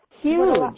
Huge